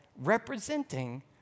representing